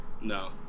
No